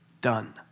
done